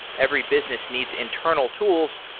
every business needs internal tools,